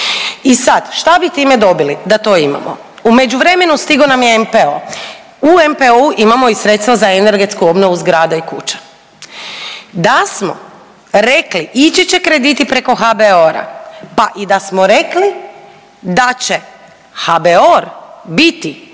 I sad šta bi time dobili da to imamo? U međuvremenu stigao nam je NPOO, u NPOO-u imamo i sredstva za energetsku obnovu zgrada i kuća. Da smo rekli ići će krediti preko HBOR-a, pa i da smo rekli da će HBOR biti